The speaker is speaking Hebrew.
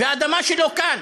והאדמה שלו כאן.